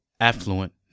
affluent